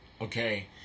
Okay